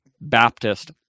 Baptist